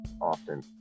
often